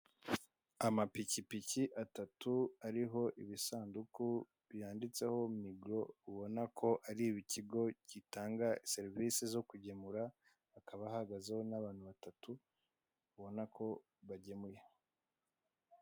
Amapikipiki atatau ariho ibisanduku byanditseho migoro ubona ko ari ikigo gitanga serivise zo kugemura hakaba hahagazeho n'abantu batatu ubona ko bagemuye.